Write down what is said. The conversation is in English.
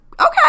okay